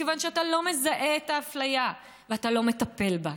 מכיוון שאתה לא מזהה את האפליה ואתה לא מטפל בה,